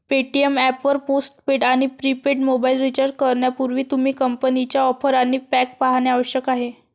Paytm app वर postpaid आणि prepaid mobile recharge करण्यापूर्वी, तुम्ही कंपनीच्या ऑफर आणि पॅक पाहणे आवश्यक आहे